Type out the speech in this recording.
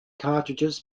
cartridges